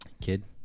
Kid